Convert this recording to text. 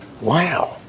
Wow